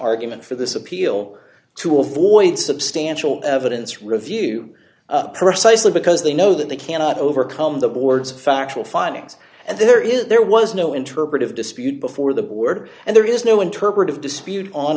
argument for this appeal to avoid substantial evidence review because they know that they cannot overcome the board's factual findings and there is there was no interpretive dispute before the board and there is no interpretive dispute on